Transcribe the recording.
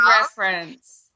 reference